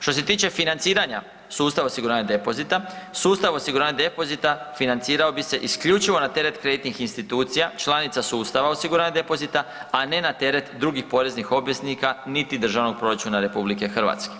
Što se tiče financiranja sustava osiguranja depozita, sustav osiguranja depozita financirao bi se isključivo na teret kreditnih institucija članica sustava osiguranja depozita, a ne na teret drugih poreznih obveznika niti državnog proračuna RH.